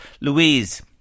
Louise